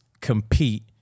compete